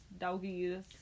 doggies